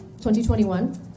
2021